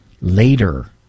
later